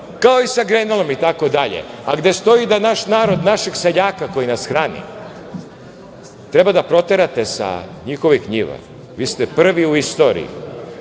kao i sa Grenelom itd, a gde stoji da naš narod, našeg seljaka koji nas hrani treba da proterate sa njihovih njiva. Vi ste prvi u istoriji